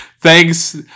Thanks